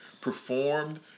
performed